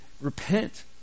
repent